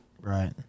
right